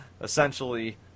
essentially